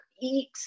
eat